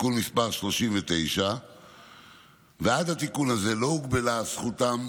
תיקון מס' 39. עד לתיקון הזה לא הוגבלה זכותם